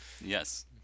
Yes